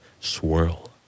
swirl